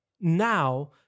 now